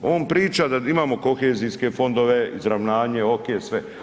On priča da imamo kohezijske fondove, izravnanje, ok, sve.